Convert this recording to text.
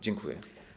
Dziękuję.